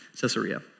Caesarea